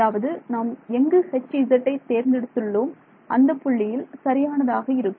அதாவது நாம் எங்கு Hzஐ தேர்ந்தெடுத்துள்ளோம் அந்த புள்ளியில் சரியானதாக இருக்கும்